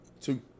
Two